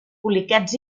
poliquets